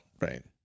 Right